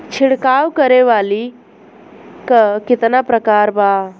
छिड़काव करे वाली क कितना प्रकार बा?